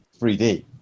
3D